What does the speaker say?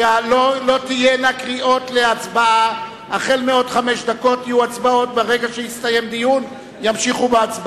2. הונחה על שולחן הכנסת החלטה של ועדת האתיקה